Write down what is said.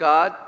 God